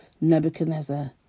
Nebuchadnezzar